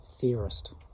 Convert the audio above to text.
theorist